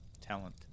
talent